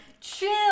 Chill